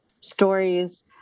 stories